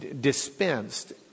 dispensed